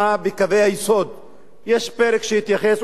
בקווי היסוד יש פרק שהתייחס,